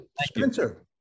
Spencer